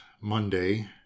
Monday